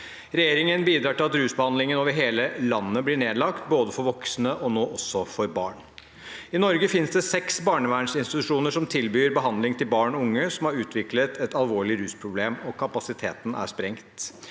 Regjeringen bidrar til at rusbehandlingen over hele landet blir nedlagt, både for voksne og nå også for barn. I Norge finnes det seks barnevernsinstitusjoner som tilbyr behandling til barn og unge som har utviklet et alvorlig rusproblem, og kapasiteten er sprengt.